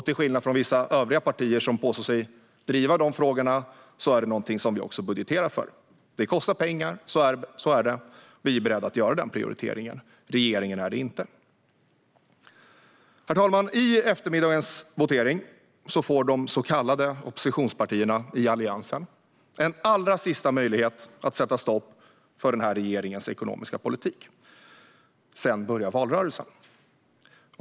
Till skillnad från vissa andra partier, som påstår sig driva dessa frågor, är detta något vi också budgeterar för. Detta kostar pengar - så är det. Vi är beredda att göra den prioriteringen. Regeringen är det inte. Herr talman! I eftermiddagens votering får de så kallade oppositionspartierna i Alliansen en allra sista möjlighet att sätta stopp för den här regeringens ekonomiska politik. Sedan börjar valrörelsen.